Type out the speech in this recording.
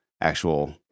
actual